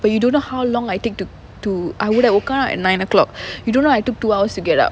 but you don't know how long I take to to I would have woken up at nine o'clock you don't know I took two hours to get up